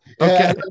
Okay